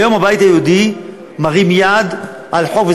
היום הבית היהודי מרים יד על חוק,